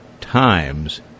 times